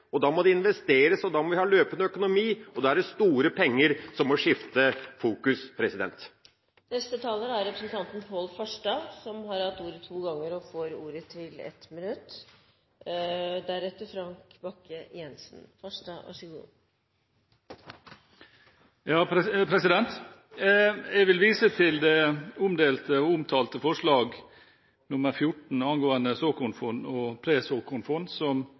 Da må det investeres, og da må vi ha løpende økonomi, og da er det store penger som må skifte fokus. Pål Farstad har hatt ordet to ganger tidligere og får ordet til en kort merknad, begrenset til 1 minutt. Jeg vil vise til det omdelte og omtalte forslag, nr. 14, angående såkornfond og pre-såkornfond, som